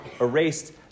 erased